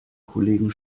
kollegen